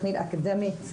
הכנסייתית,